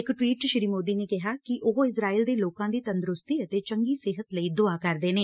ਇਕ ਟਵੀਟ ਚ ਸ੍ਰੀ ਮੋਦੀ ਨੇ ਕਿਹਾ ਕਿ ਉਹ ਇਜ਼ਰਾਇਲ ਦੇ ਲੋਕਾਂ ਦੀ ਤੰਦਰੁਸਤੀ ਅਤੇ ਚੰਗੀ ਸਿਹਤ ਲਈ ਦੁਆ ਕਰਦੇ ਨੇ